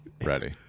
ready